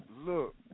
Look